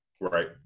Right